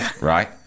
right